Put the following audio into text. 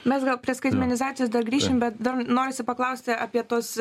mes gal prie skaitmenizacijos dar grįšim bet dar norisi paklausti apie tuos